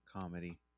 comedy